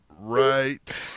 right